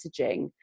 messaging